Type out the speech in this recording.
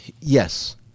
yes